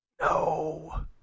no